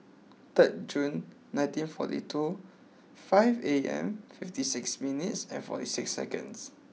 third June nineteen forty two five A M fifty six minutes and forty six seconds